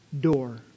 door